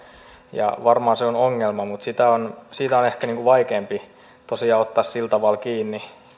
varmaan se on ongelma mutta siitä on ehkä vaikeampi tosiaan ottaa sillä tavalla kiinni